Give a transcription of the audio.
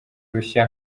rushya